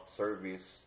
service